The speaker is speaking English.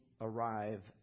arrive